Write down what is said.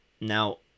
now